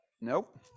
nope